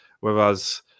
Whereas